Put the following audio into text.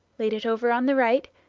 laid it over on the right,